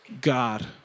God